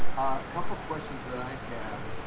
couple of questions that i had,